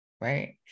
right